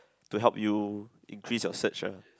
to help you increase your search ah